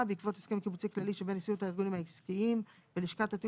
בעקבות הסכם קיבוצי כללי שבין נשיאות הארגונים העסקיים ולשכת התיאום